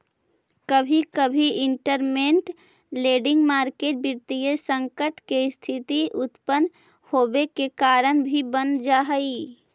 कभी कभी इंटरमेंट लैंडिंग मार्केट वित्तीय संकट के स्थिति उत्पन होवे के कारण भी बन जा हई